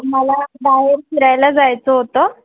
मला बाहेर फिरायला जायचं होतं